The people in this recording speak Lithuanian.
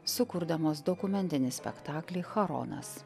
sukurdamos dokumentinį spektaklį charonas